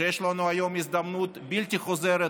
שיש לנו היום הזדמנות בלתי חוזרת